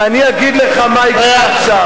ואני אגיד לך מה יקרה עכשיו.